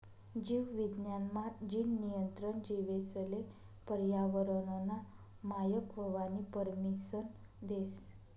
जीव विज्ञान मा, जीन नियंत्रण जीवेसले पर्यावरनना मायक व्हवानी परमिसन देस